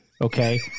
Okay